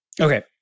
okay